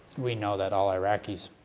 we know that all iraqis